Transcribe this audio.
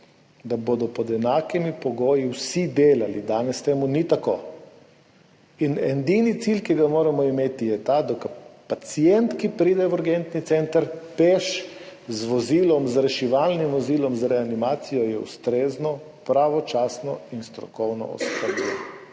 da bodo pod enakimi pogoji vsi delali. Danes temu ni tako. Edini cilj, ki ga moramo imeti, je ta, da je pacient, ki pride v urgentni center peš, z vozilom, z reševalnim vozilom, z reanimacijo, ustrezno, pravočasno in strokovno oskrbljen.